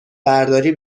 برداری